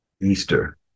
Easter